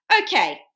Okay